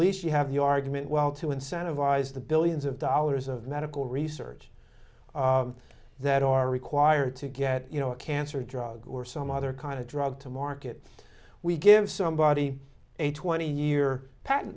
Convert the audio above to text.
least you have the argument well to incentivize the billions of dollars of medical research that are required to get you know a cancer drug or some other kind of drug to market we give somebody a twenty year patent